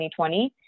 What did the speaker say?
2020